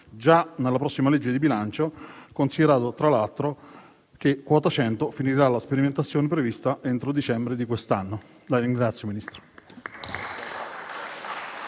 già nella prossima legge di bilancio, considerato tra l'altro che quota 100 finirà la sperimentazione prevista entro dicembre di quest'anno.